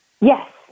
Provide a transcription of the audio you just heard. Yes